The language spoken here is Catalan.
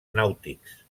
nàutics